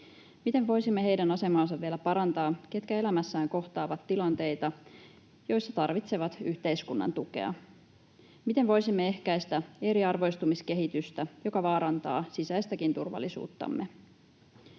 Miten voisimme vielä parantaa heidän asemaa, ketkä elämässään kohtaavat tilanteita, joissa tarvitsevat yhteiskunnan tukea? Miten voisimme ehkäistä eriarvoistumiskehitystä, joka vaarantaa sisäistäkin turvallisuuttamme?